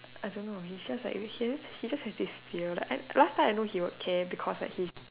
I don't know he's just like he just he just has this fear like last time I know he would care because like he